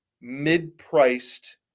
mid-priced